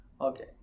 Okay